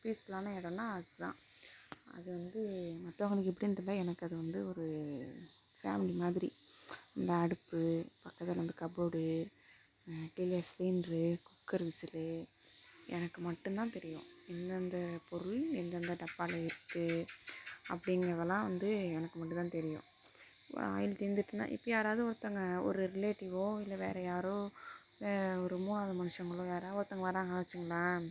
பீஸ்ஃபுல்லான இடம்னா அதுதான் அதுவந்து மற்றவங்களுக்கு எப்படின்னு தெரில எனக்கு அதுவந்து ஒரு ஃபேம்லி மாதிரி இந்த அடுப்பு பக்கத்தில் அந்த கப்போடு கீழே சிலிண்ட்ரு குக்கர் விசிலு எனக்கு மட்டும் தான் தெரியும் எந்தெந்த பொருள் எந்தெந்த டப்பாவில இருக்குது அப்பாடிங்கறதலாம் வந்து எனக்கு மட்டும் தெரியும் ஒரு ஆயில் தீந்துட்டுன்னால் இப்போ யாராவது ஒருத்தவங்க ஒரு ரிலேட்டிவோ இல்லை வேற யாரோ ஒரு மூணாவது மனுஷங்களோ யாராது ஒருத்தங்க வராங்கள் வச்சிகோங்களேன்